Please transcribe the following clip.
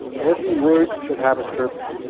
every word should have a purpose.